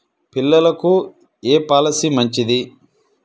పిల్లలకు ఏ పొలసీ మంచిది?